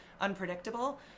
unpredictable